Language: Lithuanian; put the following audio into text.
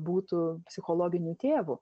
būtų psichologiniu tėvu